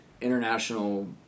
international